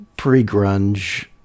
pre-grunge